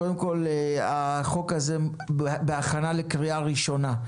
קודם כל, החוק הזה בהכנה לקריאה ראשונה.